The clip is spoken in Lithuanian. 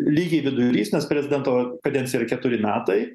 lygiai vidurys nes prezidento kadencija yra keturi metai